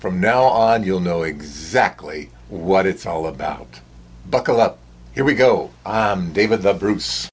from now on you'll know exactly what it's all about buckle up here we go david the bru